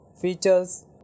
features